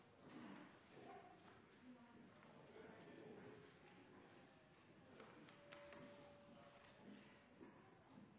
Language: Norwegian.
sterk